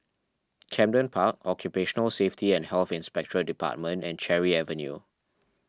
Camden Park Occupational Safety and Health Inspectorate Department and Cherry Avenue